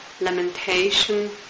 lamentation